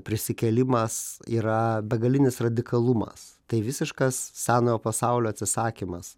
prisikėlimas yra begalinis radikalumas tai visiškas senojo pasaulio atsisakymas